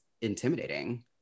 intimidating